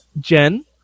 Jen